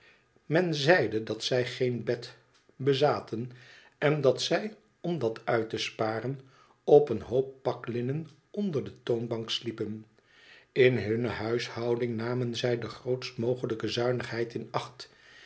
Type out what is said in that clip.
men zeide dat zij geen bed bezaten en dat zij om dat uit te sparen op een hoop paklinnen onder de toonbank sliepen in hunne huishouding namen zij de grootst mogelijke zumigheid in acht